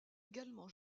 également